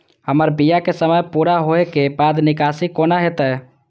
हमर बीमा के समय पुरा होय के बाद निकासी कोना हेतै?